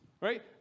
right